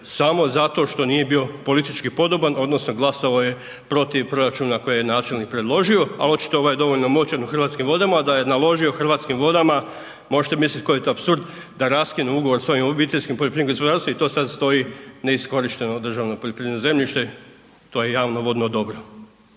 samo zato što nije bio politički podoban odnosno glasao je protiv proračuna koji je načelnik predložio, a očito ovaj dovoljno moćan u Hrvatskim vodama da je naložio Hrvatskim vodama, možete mislit koji je to apsurd, da raskine ugovor s ovim obiteljskim poljoprivrednim gospodarstvom i to sad stoji neiskorišteno državno poljoprivredno zemljište, to je javno vodno dobro.